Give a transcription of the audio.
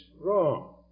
wrong